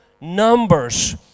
numbers